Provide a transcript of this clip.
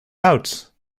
out